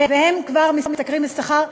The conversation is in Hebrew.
והם כבר משתכרים שכר,